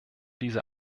diese